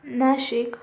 Nashik